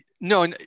No